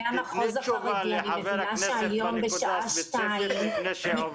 תתני תשובה לח"כ בנקודה הספציפית הזאת.